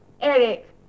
Eric